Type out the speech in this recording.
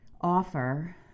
offer